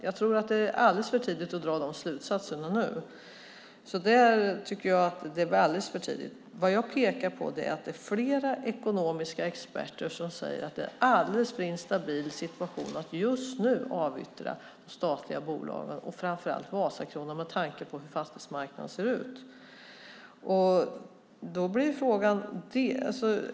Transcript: Jag tror att det är alldeles för tidigt att dra de slutsatserna nu. Vad jag pekar på är att flera ekonomiska experter säger att det är en alldeles för instabil situation att just nu avyttra statliga bolag, framför allt Vasakronan, med tanke på hur fastighetsmarknaden ser ut.